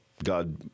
God